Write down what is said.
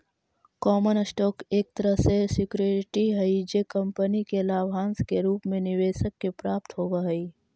common stock एक तरह के सिक्योरिटी हई जे कंपनी के लाभांश के रूप में निवेशक के प्राप्त होवऽ हइ